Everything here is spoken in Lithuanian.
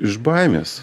iš baimės